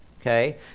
Okay